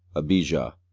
abijah,